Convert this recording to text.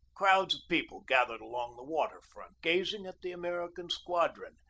crowds of people gathered along the water-front, gazing at the american squadron.